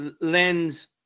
lends